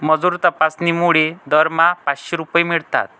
मजूर तपासणीमुळे दरमहा पाचशे रुपये मिळतात